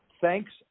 thanks